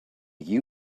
you